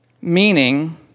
meaning